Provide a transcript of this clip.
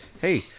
hey